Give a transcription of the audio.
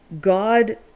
God